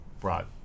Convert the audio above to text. brought